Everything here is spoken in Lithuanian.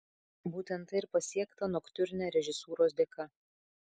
būtent tai ir pasiekta noktiurne režisūros dėka